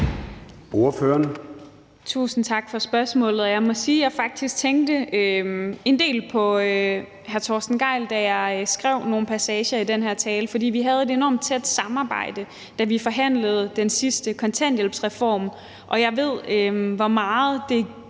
Tusind tak for spørgsmålet. Jeg må sige, at jeg faktisk tænkte en del på hr. Torsten Gejl, da jeg skrev nogle af passagerne i den her tale, for vi havde et enormt tæt samarbejde, da vi forhandlede den sidste kontanthjælpsreform. Og jeg ved, hvor meget det gik